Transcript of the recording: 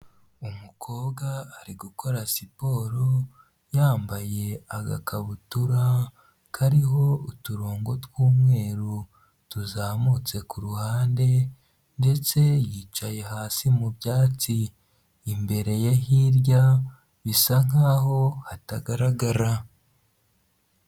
Umukobwa ari gukora siporo yambaye agakabutura, kariho uturongo twumweru tuzamutse kuruhande ndetse yicaye hasi mubyatsi, imbere ye hirya bisa nkaho hatagaragara.